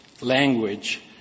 language